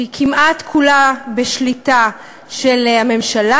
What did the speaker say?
שהיא כמעט כולה בשליטה של הממשלה,